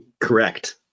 Correct